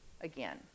again